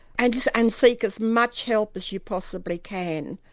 and and seek as much help as you possibly can,